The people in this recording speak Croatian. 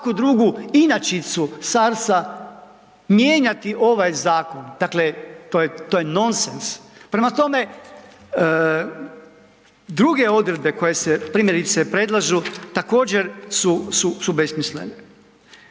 inačicu SARS-a mijenjati ovaj zakon. Dakle, to je, to je nonsens. Prema tome, druge odredbe koje se, primjerice, predlažu također su, su, su besmislene.